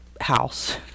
house